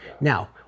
Now